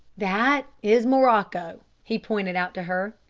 that is morocco, he pointed out to her.